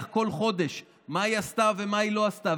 כל חודש מה היא עשתה ומה היא לא עשתה,